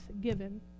given